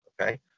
okay